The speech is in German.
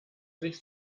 sich